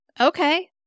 Okay